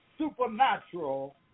supernatural